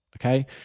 okay